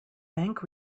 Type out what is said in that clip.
bank